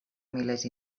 milers